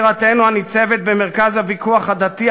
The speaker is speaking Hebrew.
בירתנו הניצבת במרכז הוויכוח הדתי,